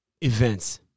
events